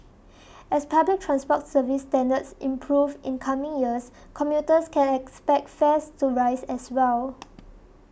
as public transport service standards improve in coming years commuters can expect fares to rise as well